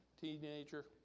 teenager